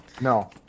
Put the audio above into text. No